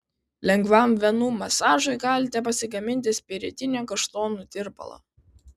lengvam venų masažui galite pasigaminti spiritinio kaštonų tirpalo